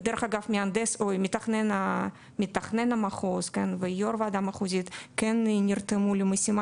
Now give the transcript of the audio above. ודרך אגב מתכנן המחוז ויו"ר הוועדה המחוזית כן נרתמו למשימה,